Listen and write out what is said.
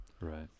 Right